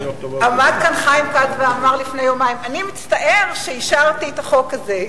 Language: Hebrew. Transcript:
עמד כאן חיים כץ ואמר לפני יומיים: אני מצטער שאישרתי את החוק הזה,